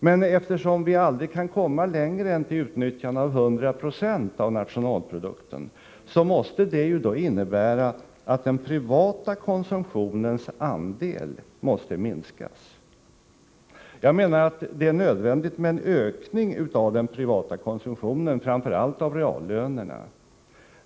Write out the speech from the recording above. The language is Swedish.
Men eftersom vi aldrig kan komma längre än till utnyttjande av 100 26 av nationalprodukten, måste det innebära att den privata konsumtionens andel minskas. Jag menar att det är nödvändigt med en absolut ökning av den privata konsumtionen, framför allt av reallönerna.